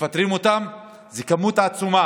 שמפטרים אותם, זה מספר עצום.